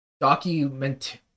document